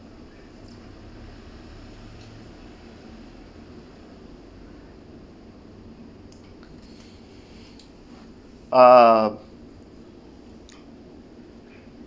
uh